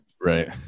Right